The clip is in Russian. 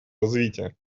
развития